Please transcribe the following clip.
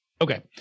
Okay